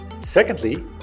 Secondly